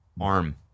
arm